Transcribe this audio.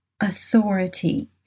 authority